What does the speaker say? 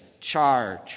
charge